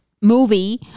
movie